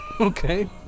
okay